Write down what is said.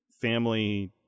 family